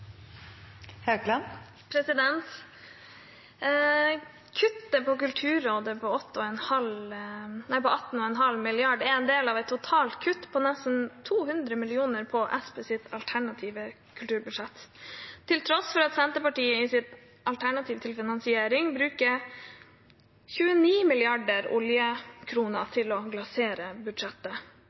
en del av et totalt kutt på nesten 200 mill. kr på Senterpartiets alternative kulturbudsjett – til tross for at Senterpartiet i sitt alternativ til finansiering bruker 29 mrd. oljekroner til å glasere budsjettet.